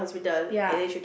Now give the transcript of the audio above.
ya